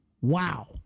Wow